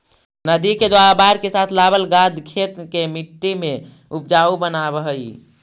नदि के द्वारा बाढ़ के साथ लावल गाद खेत के मट्टी के ऊपजाऊ बनाबऽ हई